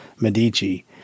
Medici